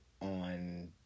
on